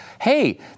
hey